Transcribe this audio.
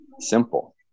Simple